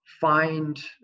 find